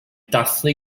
dathlu